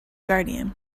guardian